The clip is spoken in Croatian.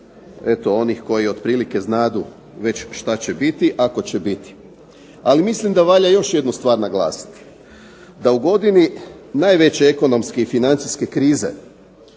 eto onih koji otprilike znadu već šta će biti, ako će biti. Ali mislim da valja još jednu stvar naglasiti, da u godini najveće ekonomske i financijske krize,